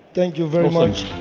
thank you very much.